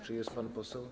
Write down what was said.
Czy jest pan poseł?